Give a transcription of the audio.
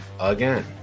Again